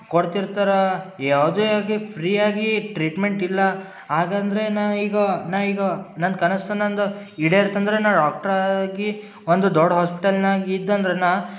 ಕೊಡ್ತಿರ್ತಾರೆ ಯಾವುದೇ ಆಗಿ ಫ್ರೀಯಾಗಿ ಟ್ರೀಟ್ಮೆಂಟ್ ಇಲ್ಲ ಆಗಂದ್ರೆ ನಾ ಈಗ ನಾ ಈಗ ನನ್ನ ಕನಸು ನಂದು ಈಡೇರ್ತ ಅಂದರೆ ನಾ ಡಾಕ್ಟ್ರ್ ಆಗಿ ಒಂದು ದೊಡ್ಡ ಹಾಸ್ಪಿಟಲ್ನಾಗ ಇದ್ದಂದ್ರ ನಾ